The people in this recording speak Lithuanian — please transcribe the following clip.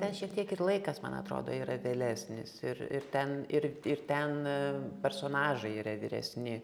ten šiek tiek ir laikas man atrodo yra vėlesnis ir ir ten ir ir ten personažai yra vyresni